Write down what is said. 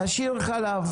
תשאיר חלב.